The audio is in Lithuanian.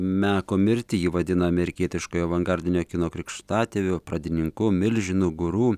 meko mirtį jį vadina amerikietiškojo avangardinio kino krikštatėviu pradininku milžinu guru